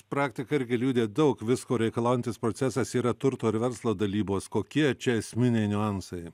praktika irgi liudija daug visko reikalaujantis procesas yra turto ir verslo dalybos kokie čia esminiai niuansai